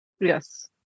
Yes